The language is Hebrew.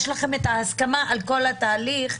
האם יש לכן הסכמה לכל התהליך,